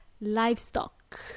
livestock